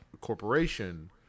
corporation